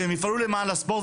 שהם יפעלו למען הספורט,